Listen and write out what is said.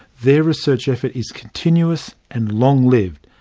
their research effort is continuous and long-lived.